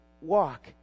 walk